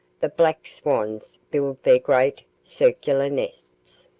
the black swans build their great circular nests,